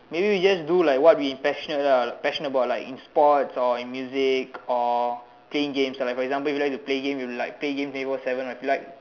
maybe we just do like what we passionate ah passionate about in like sports or in music or playing games for like example you like to play games you like play games for twenty four seven like to